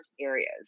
areas